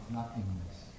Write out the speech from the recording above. nothingness